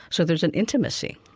so there's an intimacy.